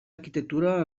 arquitectura